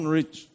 rich